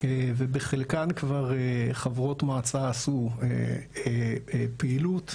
ובחלקן כבר חברות מועצה עשו פעילות,